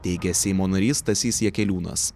teigė seimo narys stasys jakeliūnas